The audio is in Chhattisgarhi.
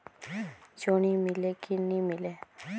जोणी मीले कि नी मिले?